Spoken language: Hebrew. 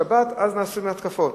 בשבת, אז נעשות ההתקפות.